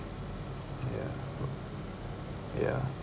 ya ya